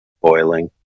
Boiling